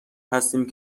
هستیم